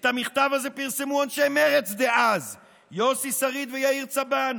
את המכתב הזה פרסמו אנשי מרצ דאז יוסי שריד ויאיר צבן.